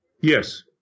Yes